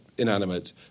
Inanimate